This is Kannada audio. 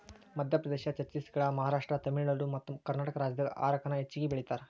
ಮಧ್ಯಪ್ರದೇಶ, ಛತ್ತೇಸಗಡ, ಮಹಾರಾಷ್ಟ್ರ, ತಮಿಳುನಾಡು ಮತ್ತಕರ್ನಾಟಕ ರಾಜ್ಯದಾಗ ಹಾರಕ ನ ಹೆಚ್ಚಗಿ ಬೆಳೇತಾರ